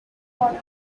forever